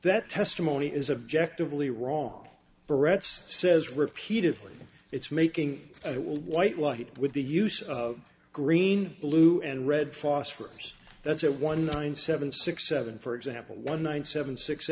that testimony is objective lee wrong barrettes says repeatedly it's making it will white white with the use of green blue and red phosphorous that's it one nine seven six seven for example one nine seven six